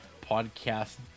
podcast